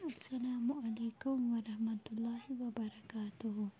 السلام علیکُم ورحمتُہ اللہ وَبَرکاتہوٗ